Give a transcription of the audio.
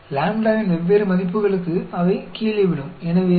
वे ⎣ के विभिन्न मूल्यों के लिए नीचे गिर रहे हैं